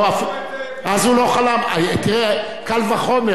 אז הוא לא חלם, תראה, קל וחומר, יוסי מימן,